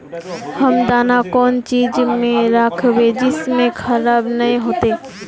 हम दाना कौन चीज में राखबे जिससे खराब नय होते?